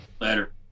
Later